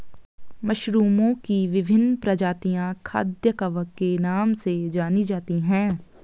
मशरूमओं की विभिन्न प्रजातियां खाद्य कवक के नाम से जानी जाती हैं